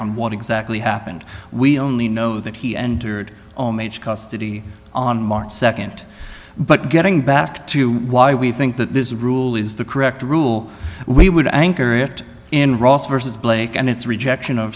on what exactly happened we only know that he entered custody on march nd but getting back to why we think that this rule is the correct rule we would anchor it in ross versus blake and it's rejection of